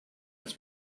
its